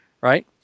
right